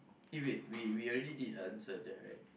eh wait we we already did answer that right